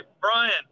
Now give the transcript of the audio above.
Brian